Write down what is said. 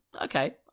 okay